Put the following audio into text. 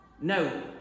No